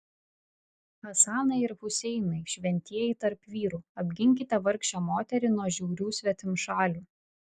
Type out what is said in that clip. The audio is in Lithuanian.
hasanai ir huseinai šventieji tarp vyrų apginkite vargšę moterį nuo žiaurių svetimšalių